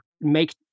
make